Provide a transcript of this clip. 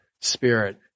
spirit